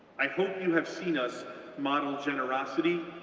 i hope you have seen us model generosity,